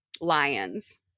lions